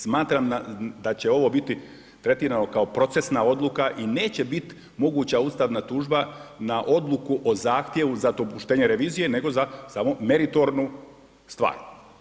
Smatram da će ovo biti tretirano kao procesna odluka i neće biti moguća ustavna tužba na odluku o zahtjevu za dopuštenje revizije, nego za samo meritornu stvar.